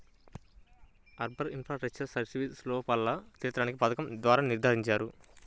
urban infrastructural సర్వీసెస్లో లోపాలను తీర్చడానికి పథకం ద్వారా నిర్ధారిస్తారు